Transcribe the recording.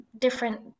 different